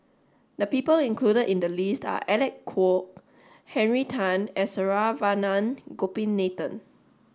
the people included in the list are Alec Kuok Henry Tan and Saravanan Gopinathan